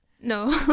No